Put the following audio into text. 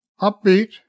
upbeat